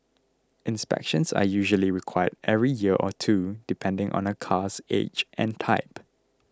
inspections are usually required every year or two depending on a car's age and type